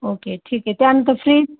okay ठीक आहे त्यानंतर फ्रीज